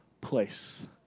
place